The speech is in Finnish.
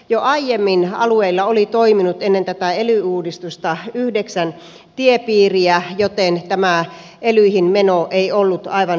jo aiemmin ennen tätä ely uudistusta alueilla oli toiminut yhdeksän tiepiiriä joten tämä elyihin meno ei ollut aivan uusi askel